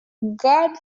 god